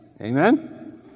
Amen